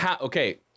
Okay